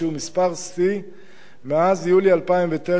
שהוא מספר שיא מאז יולי 2009,